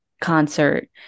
concert